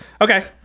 Okay